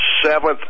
seventh